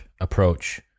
approach